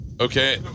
Okay